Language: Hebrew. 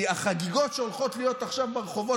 כי החגיגות שהולכות להיות עכשיו ברחובות,